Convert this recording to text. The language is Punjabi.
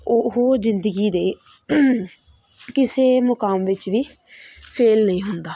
ਉਹ ਜ਼ਿੰਦਗੀ ਦੇ ਕਿਸੇ ਮੁਕਾਮ ਵਿੱਚ ਵੀ ਫੇਲ੍ਹ ਨਹੀਂ ਹੁੰਦਾ